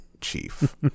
chief